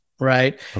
right